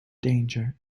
danger